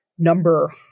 Number